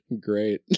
Great